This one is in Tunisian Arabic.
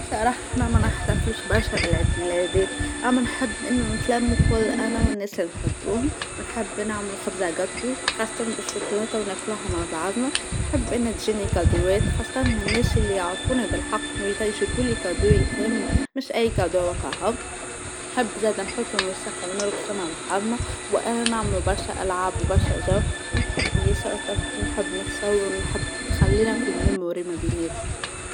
بصراحة حنا ما نحتفلوش برشا بالعيد ميلادات، أما نحب أن نتلموا كل أنا والناس اللي نحبهم ونحب نعمل خبزة جاتو خاصة بالشوكولاتة وناكلوها مع بعضنا، نحب أنها تجيني كادوات خاصة من الناس اللي يعرفونى بالحق وقتها يجيبولي كادو يفهمني مش اي كادو وكاهو، نحب زادا نحطو موسيقى ونرقصوا مع بعضنا أ نعملوا برشا ألعاب وبرشا جو ونحب يساطر ونحب نتصور ونحب تخلينا في الميمورى ما بيناتنا.